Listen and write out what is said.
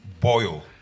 Boil